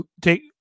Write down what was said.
Take